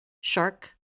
shark